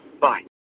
Bye